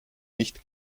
nicht